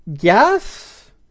yes